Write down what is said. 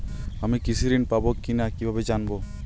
আমি কৃষি ঋণ পাবো কি না কিভাবে জানবো?